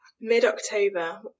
Mid-October